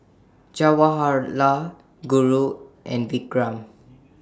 Jawaharlal Guru and Vikram